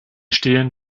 stehen